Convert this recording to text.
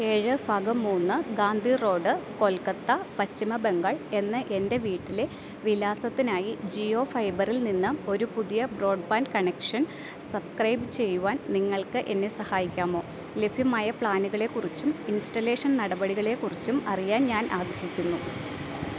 ഏഴ് ഭാഗം മൂന്ന് ഗാന്ധി റോഡ് കൊൽക്കത്ത പശ്ചിമ ബംഗാൾ എന്ന എൻ്റെ വീട്ടിലെ വിലാസത്തിനായി ജിയോ ഫൈബറിൽ നിന്ന് ഒരു പുതിയ ബ്രോഡ്ബാൻഡ് കണക്ഷൻ സബ്സ്ക്രൈബ് ചെയ്യുവാൻ നിങ്ങൾക്കെന്നെ സഹായിക്കാമോ ലഭ്യമായ പ്ലാനുകളെക്കുറിച്ചും ഇൻസ്റ്റലേഷൻ നടപടിക്രമങ്ങളെക്കുറിച്ചും അറിയാൻ ഞാൻ ആഗ്രഹിക്കുന്നു